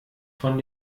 von